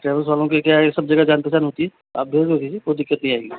travels वालों की क्या है सब जगह जान पहचान होती है आप डोंट वरी रहिए कोई दिक्कत नहीं आएगी